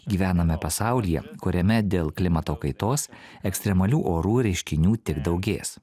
gyvename pasaulyje kuriame dėl klimato kaitos ekstremalių orų reiškinių tik daugės